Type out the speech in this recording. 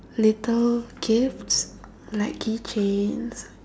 little gifts like key chains